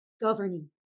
Governing